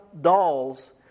dolls